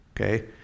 okay